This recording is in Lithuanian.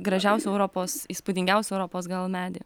gražiausią europos įspūdingiausią europos gal medį